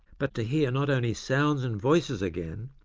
but to hear not only sounds and voices again,